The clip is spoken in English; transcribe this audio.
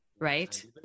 right